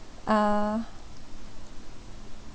uh